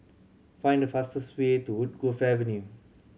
find the fastest way to Woodgrove Avenue